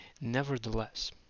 Nevertheless